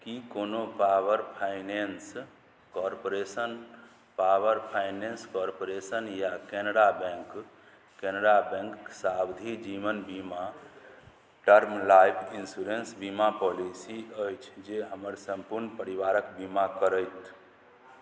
कि कोनो power finance corporation power finance corporation या केनरा बैँक केनरा बैँक सावधि जीवन बीमा टर्म लाइफ इन्श्योरेन्स बीमा पॉलिसी अछि जे हमर सम्पूर्ण परिवारके बीमा करथि